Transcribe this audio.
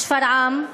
בשפרעם,